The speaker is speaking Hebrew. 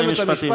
תסיים את המשפט,